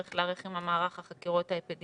צריך להיערך עם מערך החקירות האפידמיולוגי.